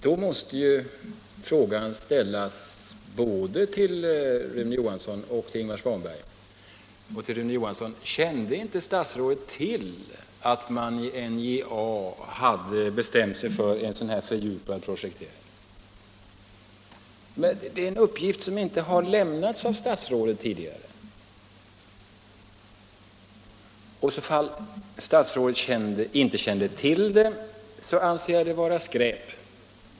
Då måste ju frågan ställas till både Rune Johansson och Ingvar Svanberg. Till Rune Johansson: Kände inte statsrådet till att man i NJA hade bestämt sig för en sådan fördjupad projektering? Det är en uppgift som inte har lämnats av statsrådet tidigare. Och i så fall: Om statsrådet inte kände till det, anser jag det vara skräp!